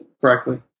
correctly